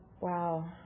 wow